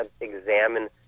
examine